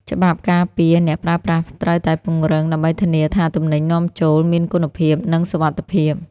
ច្បាប់ការពារអ្នកប្រើប្រាស់ត្រូវបានពង្រឹង ដើម្បីធានាថាទំនិញនាំចូលមានគុណភាព និងសុវត្ថិភាព។